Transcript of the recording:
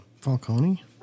Falcone